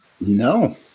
No